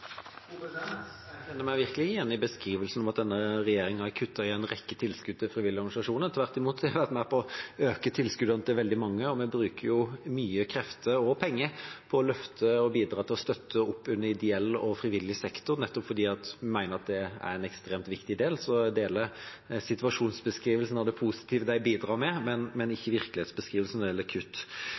Jeg kjenner meg virkelig ikke igjen i beskrivelsen av at denne regjeringa har kuttet i en rekke tilskudd til frivillige organisasjoner. Tvert imot har vi vært med på å øke tilskuddene til veldig mange, og vi bruker mye krefter og penger på å løfte og bidra til å støtte opp under ideell og frivillig sektor, nettopp fordi vi mener at det er ekstremt viktig. Så jeg deler situasjonsbeskrivelsen av det positive de bidrar med, men ikke virkelighetsbeskrivelsen når det gjelder kutt.